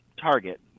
target